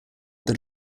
that